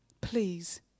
Please